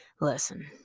listen